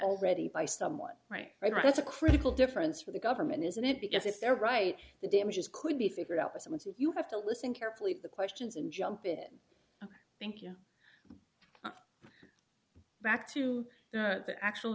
whole ready by someone right right that's a critical difference for the government isn't it because if they're right the damages could be figured out which means if you have to listen carefully to the questions and jump in ok thank you back to the actual